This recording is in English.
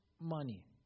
money